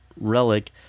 relic